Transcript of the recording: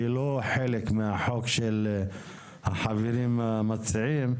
שהיא לא חלק מהחוק של החברים המציעים.